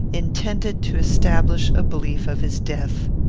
intended to establish a belief of his death.